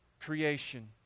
creation